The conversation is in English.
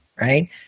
right